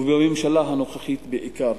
ובממשלה הנוכחית בעיקר,